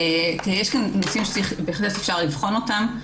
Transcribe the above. יש כאן נושאים שבהחלט אפשר לבחון אותם.